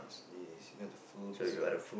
yes you know the foods